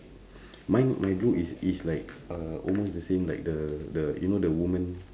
mine my blue is is like uh almost the same like the the you know the woman